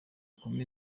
kumi